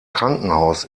krankenhaus